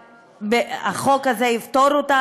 והחוק הזה יפתור אותה,